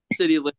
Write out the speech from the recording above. city